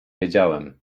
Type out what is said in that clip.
wiedziałem